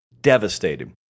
devastated